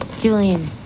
Julian